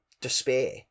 despair